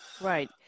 right